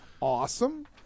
Awesome